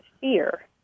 fear